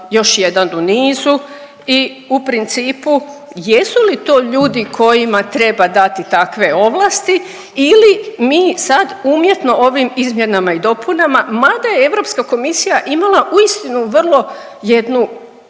još jedan u nizu i u principu jesu li to ljudi kojima treba dati takve ovlasti ili mi sad umjetno ovim izmjenama i dopunama mada je Europska komisija imala uistinu vrlo jednu